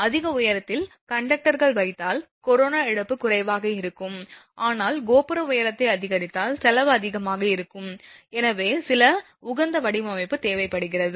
அதிக உயரத்தில் கண்டக்டர்கள் வைத்தால் கொரோனா இழப்பு குறைவாக இருக்கும் ஆனால் கோபுர உயரத்தை அதிகரித்தால் செலவு அதிகமாக இருக்கும் எனவே சில உகந்த வடிவமைப்பு தேவைப்படுகிறது